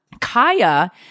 Kaya